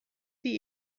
sie